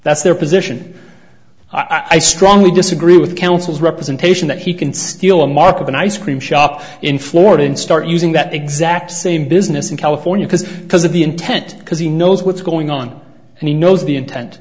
that's their position i strongly disagree with counsel's representation that he can steal a mark of an ice cream shop in florida and start using that exact same business in california because because of the intent because he knows what's going on and he knows the intent